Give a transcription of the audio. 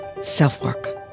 self-work